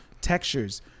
textures